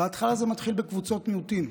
זה מתחיל בקבוצות מיעוטים,